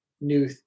new